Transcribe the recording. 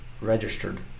registered